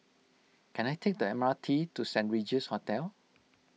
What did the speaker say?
can I take the M R T to Saint Regis Hotel